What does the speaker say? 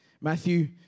Matthew